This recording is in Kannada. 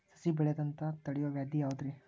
ಸಸಿ ಬೆಳೆಯದಂತ ತಡಿಯೋ ವ್ಯಾಧಿ ಯಾವುದು ರಿ?